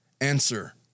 answer